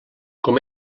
com